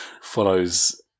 Follows